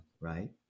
right